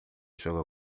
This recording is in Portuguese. joga